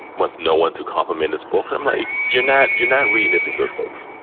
wants no one to compliment his book? i'm like, you're not you're not readin' this in good faith.